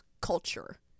culture